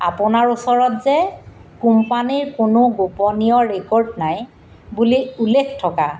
আপোনাৰ ওচৰত যে কোম্পানীৰ কোনো গোপনীয় ৰেক'ৰ্ড নাই বুলি উল্লেখ থকা